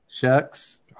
Shucks